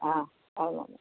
ஆ ஆமாம்